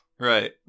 Right